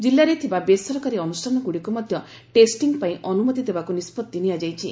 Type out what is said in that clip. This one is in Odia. ଜିଲ୍ଲାରେ ଥିବା ବେସରକାରୀ ଅନୁଷାନଗୁଡ଼ିକୁ ମଧ୍ଧ ଟେଷ୍ଟିଂପାଇଁ ଅନୁମତି ଦେବାକୁ ନିଷ୍ବଭି ନିଆଯାଇଛି